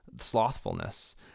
slothfulness